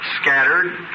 scattered